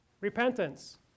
repentance